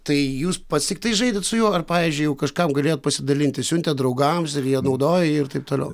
tai jūs pats tiktai žaidėt su juo ar pavyzdžiui jau kažkam galėjot pasidalinti siuntėt draugams ir jie naudojo jį ir taip toliau